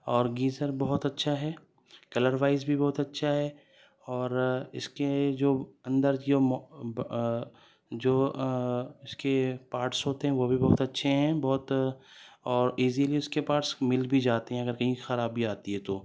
اور گیزر بہت اچھا ہے کلر وائز بھی بہت اچھا ہے اور اس کے جو اندر جو جو اس کے پارٹس ہوتے ہیں وہ بھی بہت اچھے ہیں بہت اور ایزلی اس کے پارٹس مل بھی جاتے ہیں اگر کہیں خرابی آتی ہے تو